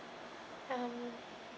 ah